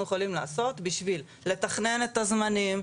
יכולים לעשות בשביל לתכנן את הזמנים,